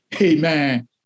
Amen